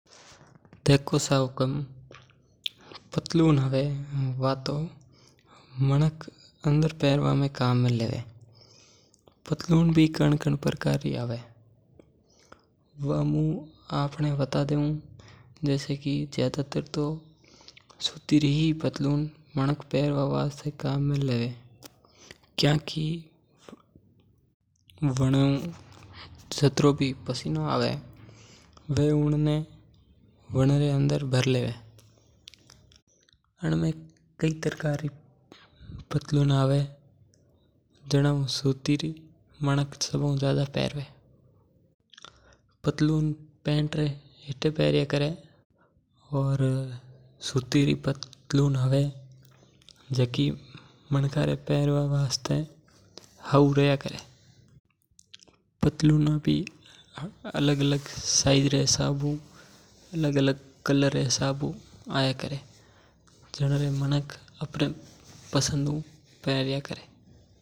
देखो सा हुकम पतलून हवेजी की तो मनक अंदर पेरवा में काम में लेवे। पतलूना भी कन-कन प्रकार री हवे जैसे की ज्यादातर तो मनक सूती री पतलून पेरवा में काम में लेवे क्योंकि वां हु जातरो भी पसीनो आई वां ने आपण अंदर भारी लेवे। पतलून पेंट रे हेथे पैर्या करे सूती री पतलून मनका रे पेरवा वास्ते हऊ रेया करे। पतलून भी अलग-अलग साइज री और अलग-अलग पेया री हया करे।